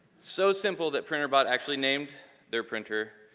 so simple, that printer-bot actually named their printer,